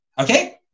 Okay